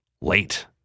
Late